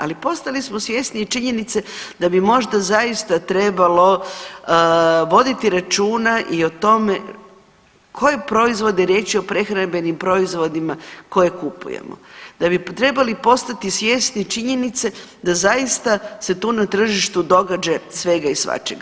Ali, postali smo svjesni i činjenice da bi možda zaista trebalo voditi računa i o tome koje proizvode, riječ je o prehrambenim proizvodima koje kupujemo, da bi trebali postati svjesni činjenice da zaista se tu na tržištu događa svega i svačega.